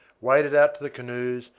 waded out to the canoes,